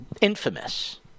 infamous